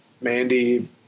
Mandy